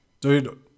Dude